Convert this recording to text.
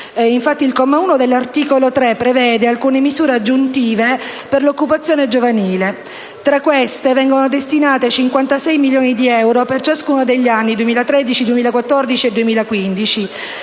dal comma 1 articolo 3, che prevede appunto misure aggiuntive per l'occupazione giovanile. Vengono destinati 56 milioni di euro per ciascuno degli anni 2013, 2014 e 2015